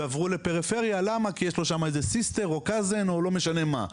ועברו לפריפריה כי יש לו sister או cousin או לא משנה מה.